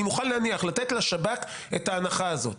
אני מוכן לתת לשב"כ את ההנחה הזאת.